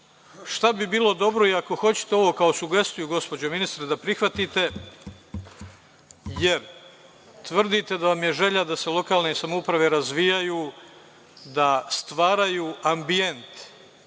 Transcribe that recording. bi bilo dobro i ako hoćete ovo kao sugestiju, gospođo ministre, da prihvatite, jer tvrdite da vam je želja da se lokalne samouprave razvijaju, da stvaraju ambijent